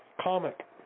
comic